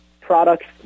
Products